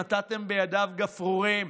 נתתם בידיו גפרורים.